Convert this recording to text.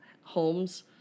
homes